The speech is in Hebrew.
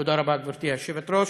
תודה רבה, גברתי היושבת-ראש.